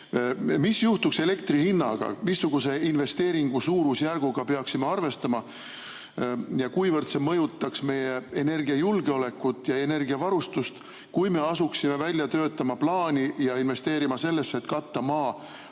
Mis juhtuks elektri hinnaga, missuguse investeeringu suurusjärguga peaksime arvestama ja kuivõrd see mõjutaks meie energiajulgeolekut ja energiavarustust, kui me asuksime välja töötama plaani ja investeerima sellesse, et katta maa